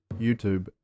YouTube